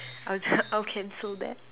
I'll just I'll cancel that